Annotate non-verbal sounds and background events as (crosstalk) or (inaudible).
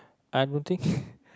I don't think (laughs)